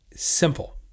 Simple